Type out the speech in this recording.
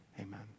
amen